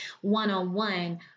one-on-one